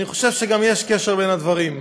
אני חושב שיש קשר בין הדברים.